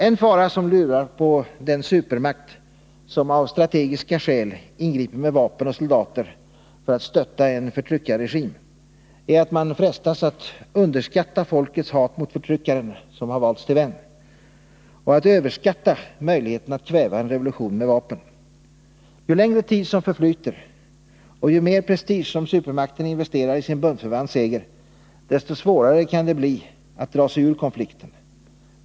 En fara som lurar på den supermakt som av strategiska skäl ingriper med vapen och soldater för att stötta en förtryckarregim är att man frestas att underskatta folkets hat mot förtryckaren som valts till vän och att överskatta möjligheterna att kväva en revolution med vapen. Ju längre tid som förflyter och ju mer prestige som supermakten investerar i sin bundsförvants seger, desto svårare kan det bli att dra sig ur konflikten.